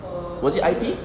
was it I_P